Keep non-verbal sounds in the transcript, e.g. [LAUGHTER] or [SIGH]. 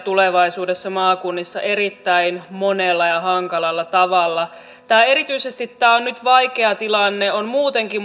tulevaisuuden maakunnissa erittäin monella ja hankalalla tavalla erityisesti tämä on nyt vaikea tilanne on muutenkin [UNINTELLIGIBLE]